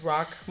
Rock